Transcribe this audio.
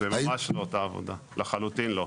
זו ממש לא אותה עבודה, לחלוטין לא.